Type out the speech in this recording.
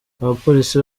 abapolisi